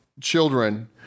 children